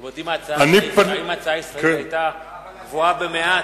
זאת אומרת, אם ההצעה הישראלית היתה גבוהה במעט?